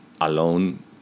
alone